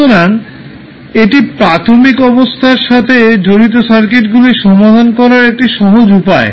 সুতরাং এটি প্রাথমিক অবস্থার সাথে জড়িত সার্কিট সমস্যাগুলি সমাধান করার একটি সহজ উপায়